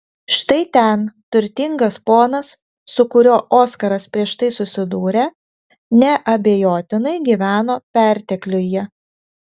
štai ten turtingas ponas su kuriuo oskaras prieš tai susidūrė neabejotinai gyveno pertekliuje